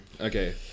Okay